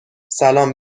سلام